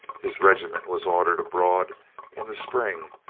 his regiment was ordered abroad in the spring,